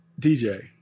DJ